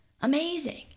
amazing